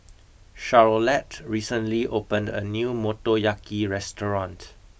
Charolette recently opened a new Motoyaki restaurant